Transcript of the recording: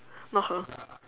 not her